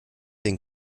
den